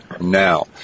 now